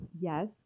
yes